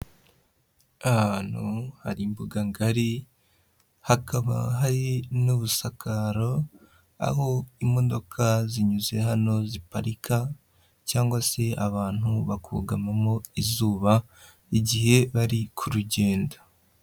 Ahantu hari imbuga ngari, hakaba hari n'ubusakaro, aho imodoka zinyuze hano ziparika cyangwa se abantu bakugamamo izuba, igihe bari ku rugendo.